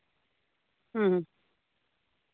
ᱦᱮᱸ